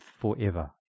forever